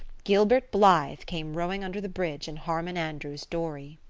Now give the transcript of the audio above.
gilbert blythe came rowing under the bridge in harmon andrews's dory!